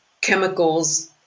chemicals